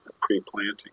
pre-planting